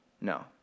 no